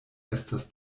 estas